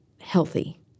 healthy